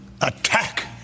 attack